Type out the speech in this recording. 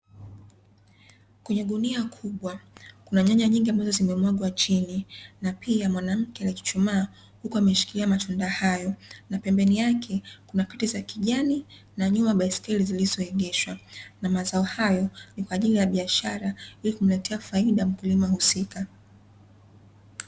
Kwenye gunia kubwa kuna nyanya nyingi ambazo zimemwagwa chini, na pia mwanamke amechuchumaa huku ameshikilia matunda hayo, na pembeni yake kuna kreti za kijani na nyuma baiskeli zilizoegeshwa. Na mazao hayo ni kwa ajili ya biashara, ili kumletea faida mkulima husika.